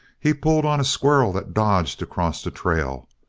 he pulled on a squirrel that dodged across the trail.